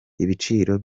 ibiciro